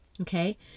Okay